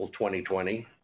2020